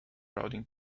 routing